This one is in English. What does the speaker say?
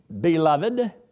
beloved